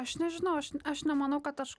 aš nežinau aš aš nemanau kad aš